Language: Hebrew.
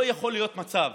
לא יכול להיות מצב